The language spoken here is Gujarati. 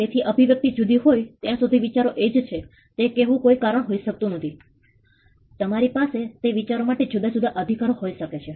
તેથીઅભિવ્યક્તિ જુદી હોય ત્યાં સુધી વિચાર એ જ છે તે કહેવાનું કોઈ કારણ હોઈ શકતું નથી તમારી પાસે તે વિચારો માટે જુદા જુદા અધિકારો હોઈ શકે છે